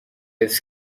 حفظ